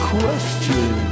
question